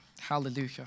Hallelujah